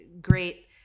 great